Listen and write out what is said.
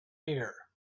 here